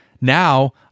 Now